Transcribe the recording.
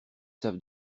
savent